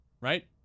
Right